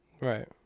Right